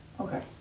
Okay